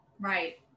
Right